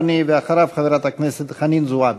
בבקשה, אדוני, ואחריו, חברת הכנסת חנין זועבי.